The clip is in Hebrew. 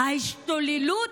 ההשתוללות